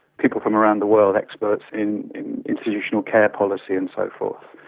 people from around the world, experts in institutional care policy and so forth.